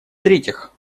третьих